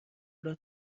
داد